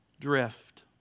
Drift